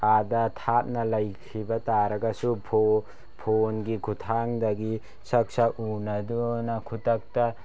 ꯑꯥꯗ ꯊꯥꯞꯅ ꯂꯩꯈꯤꯕ ꯇꯥꯔꯒꯁꯨ ꯐꯣꯟꯒꯤ ꯈꯨꯠꯊꯥꯡꯗꯒꯤ ꯁꯛ ꯁꯛ ꯎꯅꯗꯨꯅ ꯈꯨꯗꯛꯇ